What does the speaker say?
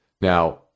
Now